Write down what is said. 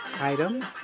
item